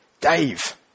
Dave